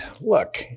look